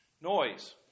Noise